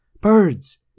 Birds